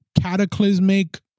cataclysmic